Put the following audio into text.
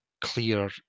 clear